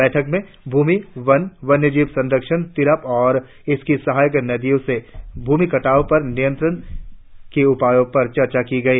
बैठक में भूमि वन वन्यजीव संरक्षण तिरप और इसकी सहायक नदियों से भूमि कटाव पर नियंत्रण के उपायों पर चर्चा की गई